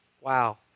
Wow